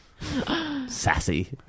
Sassy